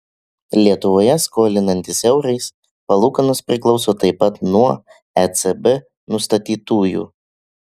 lietuvoje skolinantis eurais palūkanos priklauso taip pat nuo ecb nustatytųjų